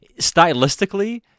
stylistically